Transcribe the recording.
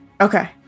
Okay